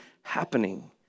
happening